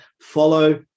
follow